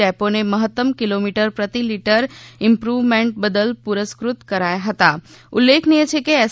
ડેપોને મહત્તમ કિલોમીટર પ્રતિ litre improvement બદલ પુરસ્કૃત કરાયા હતા ઉલ્લેખનીય છે કે એસ